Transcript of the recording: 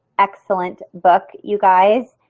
excellent book you guys.